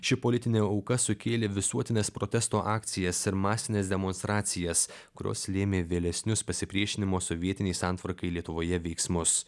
ši politinė auka sukėlė visuotines protesto akcijas ir masines demonstracijas kurios lėmė vėlesnius pasipriešinimo sovietinei santvarkai lietuvoje veiksmus